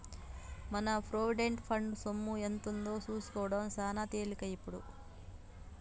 మన provident fund సొమ్ము ఎంతుందో సూసుకోడం సాన తేలికే ఇప్పుడు